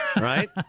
Right